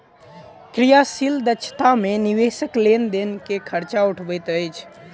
क्रियाशील दक्षता मे निवेशक लेन देन के खर्च उठबैत अछि